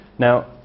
Now